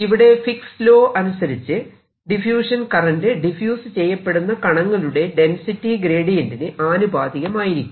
ഇവിടെ Fick's law Fick's law അനുസരിച്ച് diffusion current diffuse ചെയ്യപ്പെടുന്ന കണങ്ങളുടെ ഡെൻസിറ്റി ഗ്രേഡിയന്റിന് ആനുപാതികമായിരിക്കും